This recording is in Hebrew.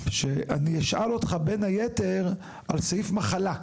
שאני אשאל אותך בין היתר על סעיף מחלה.